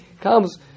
comes